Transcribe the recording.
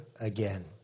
again